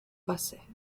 basset